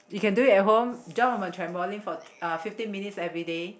you can do it at home jump on my trampoline for uh fifteen minutes everyday